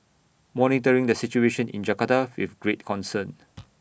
monitoring the situation in Jakarta with great concern